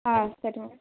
ಹಾಂ ಸರಿ ಮೇಡಮ್